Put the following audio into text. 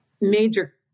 major